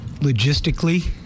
logistically